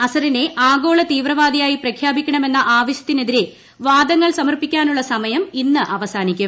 അസറിനെ തീവ്രവാദിയായി ആഗോള പ്രഖ്യാപിക്കണമെന്ന ആവശ്യത്തിനെതിരെ വാദങ്ങൾ സമർപ്പിക്കാനുള്ള സമയം ഇന്ന് അവസാനിക്കും